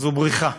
זו בריחה.